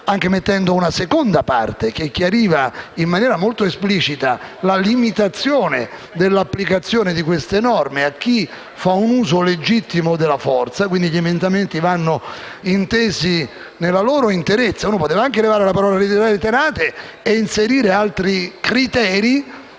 anche prevedendo una seconda parte che chiariva in maniera molto esplicita la limitazione dell'applicazione di queste norme a chi faceva un uso legittimo della forza. Gli emendamenti vanno quindi intesi nella loro interezza; si poteva anche togliere la parola «reiterate» e inserire altri criteri